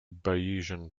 bayesian